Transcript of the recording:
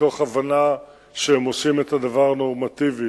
מתוך הבנה שהם עושים את הדבר הנורמטיבי,